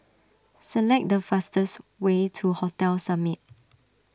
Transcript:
select the fastest way to Hotel Summit